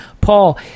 Paul